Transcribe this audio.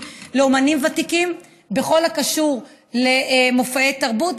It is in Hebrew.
לאומנים ותיקים בכל הקשור למופעי תרבות,